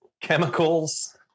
chemicals